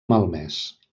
malmès